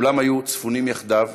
כולם היו ספונים יחדיו,